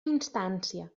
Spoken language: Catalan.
instància